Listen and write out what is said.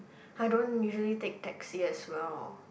I don't usually take taxi as well